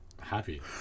happy